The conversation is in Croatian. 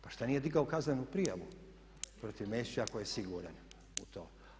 Pa šta nije digao kaznenu prijavu protiv Mesića ako je siguran u to?